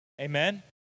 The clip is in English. Amen